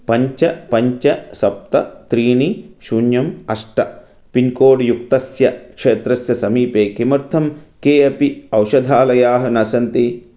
पञ्च पञ्च सप्त त्रीणि शून्यम् अष्ट पिन्कोड्युक्तस्य क्षेत्रस्य समीपे किमर्थं के अपि औषधालयाः न सन्ति